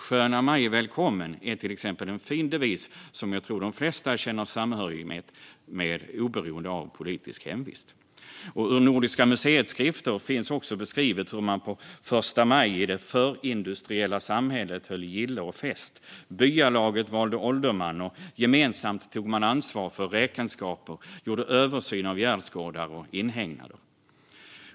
"Sköna maj välkommen" är till exempel en fin devis som jag tror att de flesta känner samhörighet med oberoende av politisk hemvist. I Nordiska museets skrifter finns också beskrivet hur man på första maj i det förindustriella samhället höll gille och fest. Byalaget valde ålderman, och gemensamt tog man ansvar för räkenskaper och gjorde översyn av gärdsgårdar och inhägnader.